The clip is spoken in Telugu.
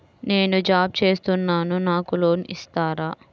నేను జాబ్ చేస్తున్నాను నాకు లోన్ ఇస్తారా?